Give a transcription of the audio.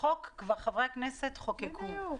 חברי הכנסת כבר חוקקו את החוק.